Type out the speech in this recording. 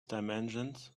dimensions